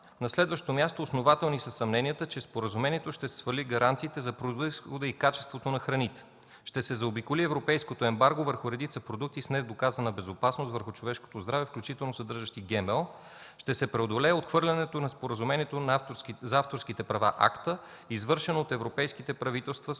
На следващо място, основателни са съмненията, че със споразумението ще се свалят гаранциите за произхода и качеството на храните; ще се заобиколи европейското ембарго върху редица продукти с недоказана безопасност върху човешкото здраве, включително съдържащи ГМО; ще се преодолее отхвърлянето на споразумението за авторските права АКТА, извършено от европейските правителства